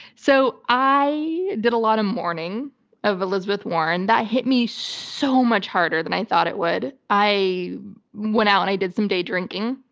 so i did a lot of mourning of elizabeth warren. that hit me so much harder than i thought it would. i went out and i did some day drinking.